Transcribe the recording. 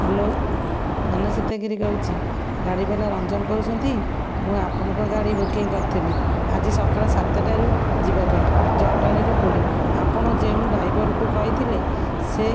hello Manasita Giri କହୁଛି ଗାଡ଼ିବାଲା ରଞ୍ଜନ କହୁଛନ୍ତି ମୁଁ ଆପଣଙ୍କ ଗାଡ଼ି ବୁକିଂ କରିଥିଲି ଆଜି ସକାଳ ସାତଟାରୁ ଯିବାପାଇଁ ଜଟଣିରୁ ପୁରୀ ଆପଣ ଯେଉଁ ଡାଇଭରକୁ କହିଥିଲେ ସେ